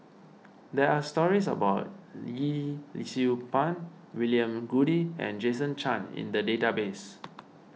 there are stories about Yee Siew Pun William Goode and Jason Chan in the database